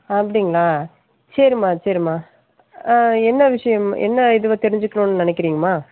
அப்படிங்களா சரிமா சரிமா என்ன விஷயம் என்ன இதுவை தெரிஞ்சிக்கணுனு நினைக்கிறிங்கமா